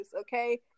okay